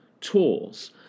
tools